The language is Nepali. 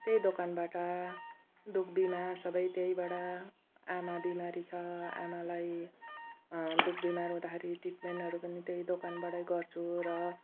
त्यही दोकानबाट दुःख बिमार सबै त्यहीबाट आमा बिमारी छ आमालाई दुःख बिमार हुँदाखेरि ट्रिटमेन्टहरू पनि त्यही दोकानबाटै गर्छु र